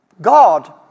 God